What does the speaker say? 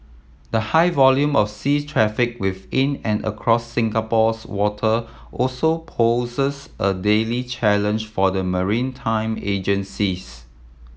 the high volume of sea traffic within and across Singapore's water also poses a daily challenge for the maritime agencies